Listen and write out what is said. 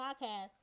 podcast